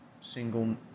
single